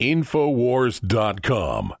Infowars.com